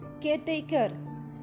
caretaker